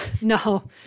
no